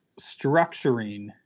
structuring